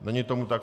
Není tomu tak.